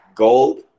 gold